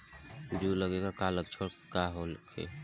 जूं लगे के का लक्षण का होखे?